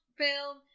film